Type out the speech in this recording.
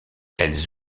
elles